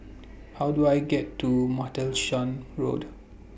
How Do I get to Martlesham Road